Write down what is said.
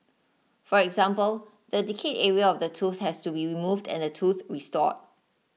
for example the decayed area of the tooth has to be removed and the tooth restored